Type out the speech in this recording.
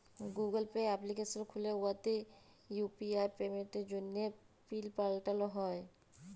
Google Pay application খ্যুলে উয়াতে UPI পেমেল্টের জ্যনহে পিল পাল্টাল যায়